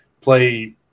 play